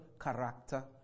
character